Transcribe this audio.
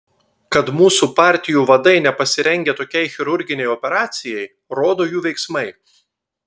kad mūsų partijų vadai nepasirengę tokiai chirurginei operacijai rodo jų veiksmai